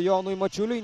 jonui mačiuliui